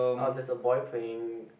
oh there's a boy playing